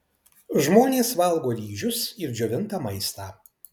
žmonės valgo ryžius ir džiovintą maistą